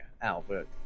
Albert